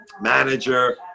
manager